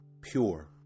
pure